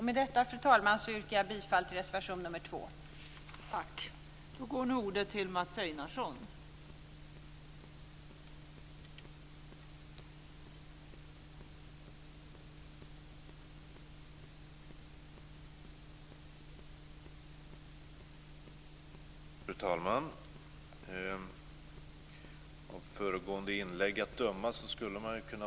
Med detta, fru talman, yrkar jag bifall till reservation 2.